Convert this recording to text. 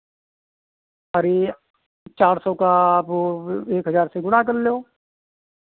अरे चार सौ का आप ओ एक हज़ार से गुणा कर लेओ